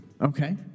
Okay